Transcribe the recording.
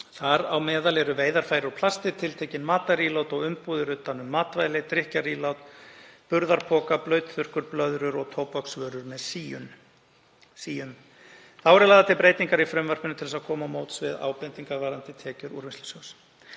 Þar á meðal eru veiðarfæri úr plasti, tiltekin matarílát og umbúðir utan um matvæli, drykkjarílát, burðarpoka, blautþurrkur, blöðrur og tóbaksvörur með síum. Síðan eru lagðar til breytingar í frumvarpinu til þess að koma til móts við ábendingar varðandi tekjur Úrvinnslusjóðs.